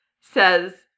says